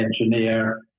engineer